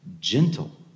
gentle